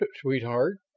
sweetheart